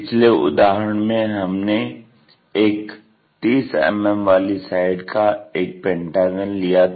पिछले उदाहरण में हमने एक 30 mm वाली साइड का एक पेंटागन लिया था